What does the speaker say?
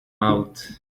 out